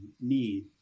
need